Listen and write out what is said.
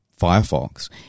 Firefox